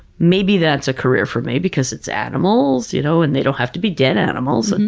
maybe that's a career for me because it's animals, you know and they don't have to be dead animals. and